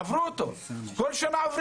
הן עברו אותו ועוברות אותו כל שנה.